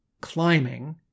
climbing